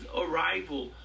arrival